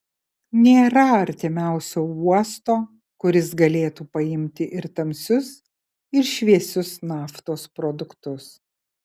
nėra artimiausio uosto kuris galėtų paimti ir tamsius ir šviesius naftos produktus